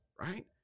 right